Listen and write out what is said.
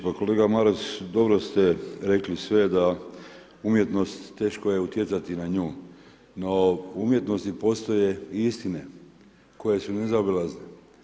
Pa kolega Maras, dobro ste rekli sve da umjetnost, teško je utjecati na nju, no umjetnosti postoje i istine koje su nezaobilazne.